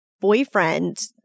boyfriend